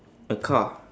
a car